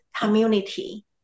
community